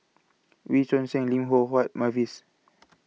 Wee Choon Seng Lim Loh Huat Mavis